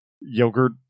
yogurt